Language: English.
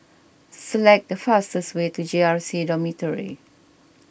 select the fastest way to J R C Dormitory